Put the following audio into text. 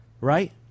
Right